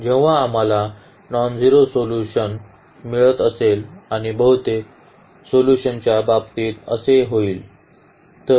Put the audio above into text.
जेव्हा जेव्हा आम्हाला नॉनझेरो सोल्यूशन मिळत असेल आणि बहुतेक सोल्यूशन्सच्या बाबतीत असे होईल